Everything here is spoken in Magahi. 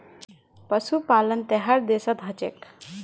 पशुपालन त हर देशत ह छेक